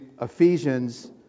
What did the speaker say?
Ephesians